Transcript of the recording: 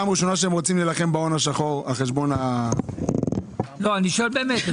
אני שואל באמת.